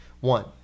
One